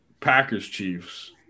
Packers-Chiefs